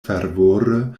fervore